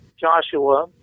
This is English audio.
Joshua